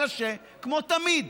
אלא שכמו תמיד,